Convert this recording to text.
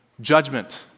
judgment